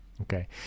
Okay